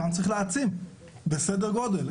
אותם צריך להעצים, בסדר גודל.